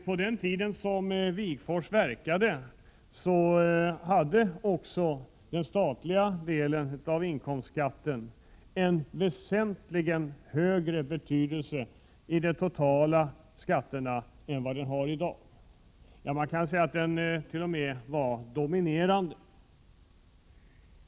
På den tiden då Wigforss verkade hade också den statliga delen av inkomstskatten en väsentligt större betydelse i det totala skatteuttaget än vad den har i dag. Den var t.o.m. dominerande.